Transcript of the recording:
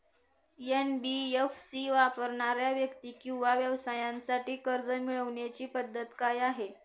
NBFC वापरणाऱ्या व्यक्ती किंवा व्यवसायांसाठी कर्ज मिळविण्याची पद्धत काय आहे?